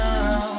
Now